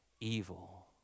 evil